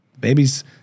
babies